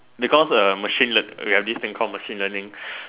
because um machine learn we have this thing called machine learning